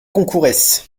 concourès